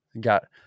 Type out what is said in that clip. got